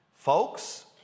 Folks